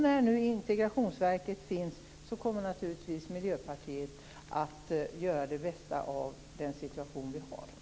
När integrationsverketet finns, kommer naturligtvis Miljöpartiet att göra det bästa av den situation som vi har.